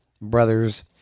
brothers